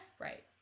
Right